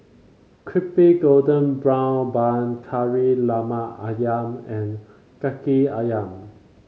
Crispy Golden Brown Bun Kari Lemak ayam and kaki ayam